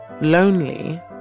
lonely